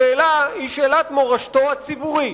השאלה היא שאלת מורשתו הציבורית,